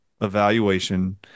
evaluation